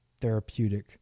therapeutic